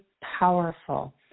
powerful